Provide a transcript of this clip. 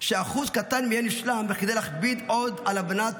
שאחוז קטן מהן יושלם בכדי להכביד עוד על הבנת